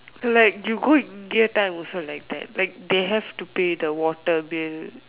like you go India time also like that like they have to pay the water bill